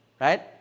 right